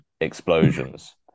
explosions